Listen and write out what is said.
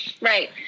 right